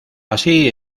así